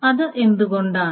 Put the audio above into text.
അത് എന്തുകൊണ്ടാണ്